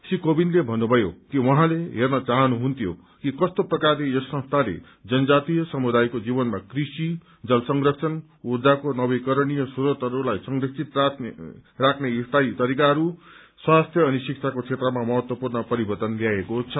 श्री कोविन्दले भन्नुभयो कि उहाँले हेर्न चाहनुहुन्थ्यो कि कस्तो प्रकारले यस संस्थाले जनजातीय समुदायको जीवनमा कृषि जल संरक्षण ऊर्जाको नवीकरणीय श्रोतहरूलाई संरक्षित राख्ने स्थायी तरिकाहरू स्वास्थ्य अनि शिक्षाको क्षेत्रमा महत्वपूर्ण परिवर्तन ल्याएको छ